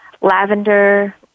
lavender